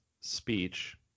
speech